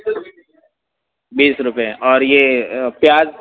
بیس روپئے اور یہ پیاز